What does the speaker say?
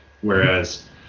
Whereas